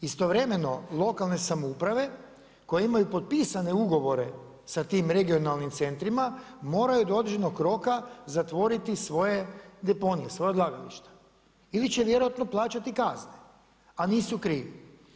Istovremeno lokalne samouprave, koje imaju potpisane ugovore sa tim regionalnim centrima, moraju do određenog roka zatvoriti svoje deponije, svoja odlagališna ili će vjerojatno plaćati kazne, a nisu krivi.